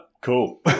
cool